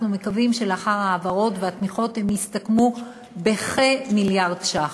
אנחנו מקווים שלאחר ההעברות והתמיכות הם יסתכמו בכמיליארד ש"ח.